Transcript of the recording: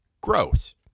Gross